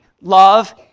love